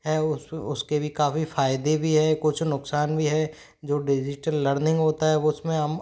है उस उसके भी काफ़ी फ़ायदे भी हैं कुछ नुकसान भी है जो डिजिटल लर्निंग होता है उस में हम